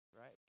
right